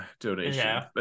donation